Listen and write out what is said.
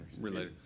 related